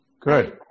Good